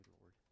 Lord